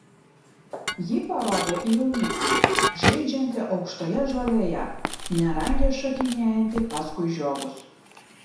ji parodė į jauniklį žaidžiantį aukštoje žolėje nerangiai šokinėjantį paskui žiogus